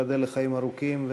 שייבדל לחיים ארוכים.